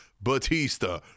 Batista